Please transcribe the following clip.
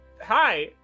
hi